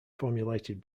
formulated